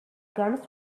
guns